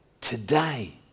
Today